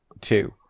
two